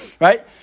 right